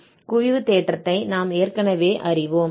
குவிவு தேற்றத்தை நாம் ஏற்கனவே அறிவோம்